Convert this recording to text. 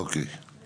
אני רוצה